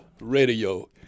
radio